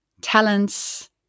talents